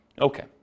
Okay